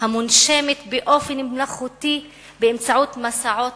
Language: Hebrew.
המונשמת באופן מלאכותי באמצעות מסעות